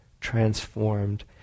transformed